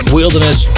Wilderness